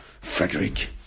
Frederick